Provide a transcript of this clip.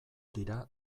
dira